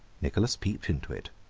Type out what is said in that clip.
nicholas peeped into it,